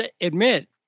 admit